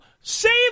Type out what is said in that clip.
save